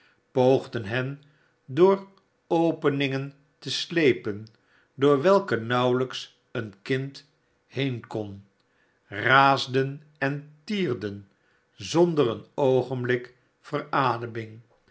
poogden ben door openingen te slepen y door welke nauwelijks een kind heen kon raasden en tierden zonder een oogenblik verademing